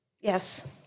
Yes